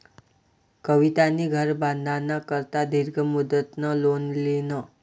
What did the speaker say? कवितानी घर बांधाना करता दीर्घ मुदतनं लोन ल्हिनं